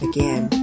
Again